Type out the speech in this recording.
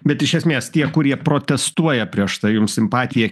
bet iš esmės tie kurie protestuoja prieš tai jums simpatiją